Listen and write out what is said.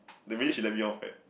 the minute she let me off right